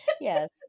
Yes